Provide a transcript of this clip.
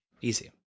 Easy